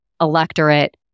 electorate